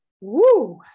Woo